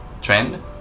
trend